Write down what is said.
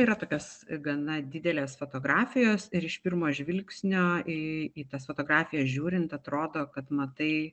yra tokios gana didelės fotografijos ir iš pirmo žvilgsnio į į tas fotografijas žiūrint atrodo kad matai